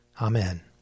Amen